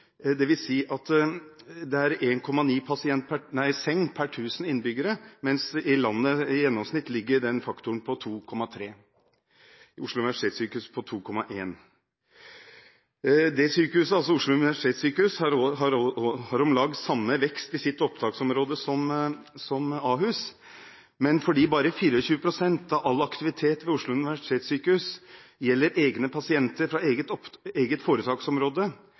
per 1 000 innbyggere – mens den faktoren i landet i gjennomsnitt ligger på 2,3. Ved Oslo universitetssykehus ligger den på 2,1. Oslo universitetssykehus har om lag samme vekst i sitt opptaksområde som Ahus, men fordi bare 24 pst. av all aktivitet ved Oslo universitetssykehus gjelder egne pasienter fra eget